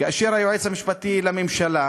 כאשר היועץ המשפטי לממשלה